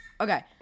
Okay